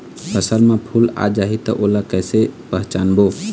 फसल म फूल आ जाही त ओला कइसे पहचानबो?